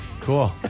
Cool